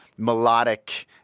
melodic